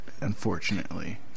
unfortunately